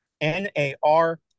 N-A-R